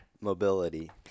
Mobility